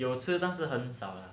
有吃但是很少啦